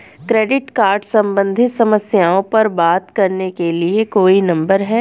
Credit card सम्बंधित समस्याओं पर बात करने के लिए कोई नंबर है?